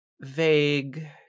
vague